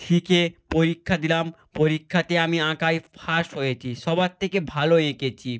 শিকে পরীক্ষা দিলাম পরীক্ষাতে আমি আঁকায় ফার্স্ট হয়েচি সবার থেকে ভালো এঁকেছি